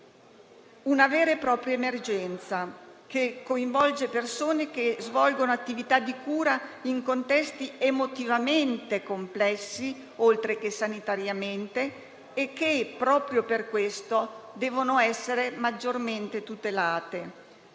una vera e propria emergenza, che coinvolge persone che svolgono attività di cura in contesti emotivamente, oltre che sanitariamente, complessi e che proprio per questo devono essere maggiormente tutelate.